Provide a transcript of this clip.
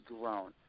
grown